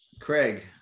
craig